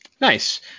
Nice